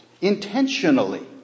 intentionally